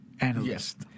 analyst